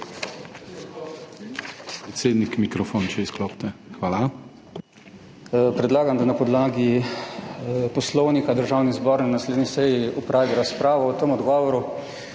Predlagam, da na podlagi Poslovnika Državni zbor na naslednji seji opravi razpravo o tem odgovoru.